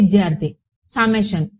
విద్యార్థి సమ్మేషన్